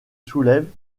soulèvent